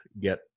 get